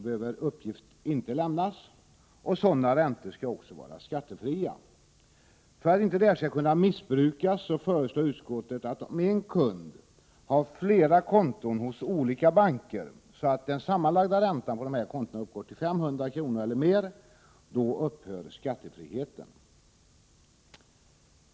behöver uppgift inte lämnas och sådana räntor skall också vara skattefria. För att detta inte skall kunna missbrukas föreslår utskottet att om en kund har flera konton hos olika banker så att den sammanlagda räntan på dessa konton uppgår till 500 kr. eller mer upphör skattefriheten.